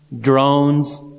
drones